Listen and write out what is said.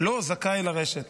לא זכאי לרשת.